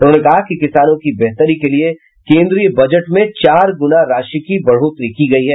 उन्होंने कहा कि किसानों की बेहतरी के लिये केंद्रीय बजट में चार गुना राशि की बढ़ोतरी की गयी है